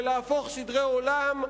ולהפוך סדרי עולם,